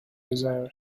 desires